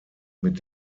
mit